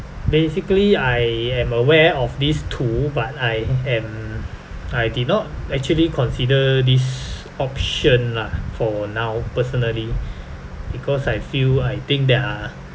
basically I am aware of this tool but I am I did not actually consider this option lah for now personally because I feel I think there are